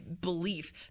belief